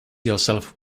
yourself